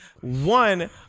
One